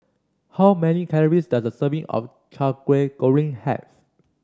how many calories does a serving of kway goreng have